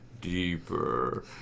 deeper